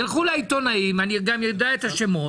ילכו לעיתונאים, אני גם יודע את השמות,